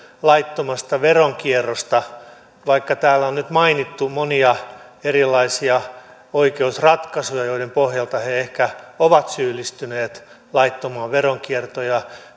laittomasta veronkierrosta vaikka täällä on nyt mainittu monia erilaisia oikeusratkaisuja joiden pohjalta ne ehkä ovat syyllistyneet laittomaan veronkiertoon